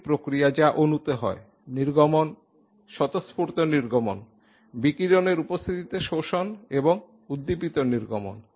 তিনটি প্রক্রিয়া যা অণুতে হয় নির্গমন স্বতঃস্ফূর্ত নির্গমন বিকিরণের উপস্থিতিতে শোষণ এবং উদ্দীপিত নির্গমন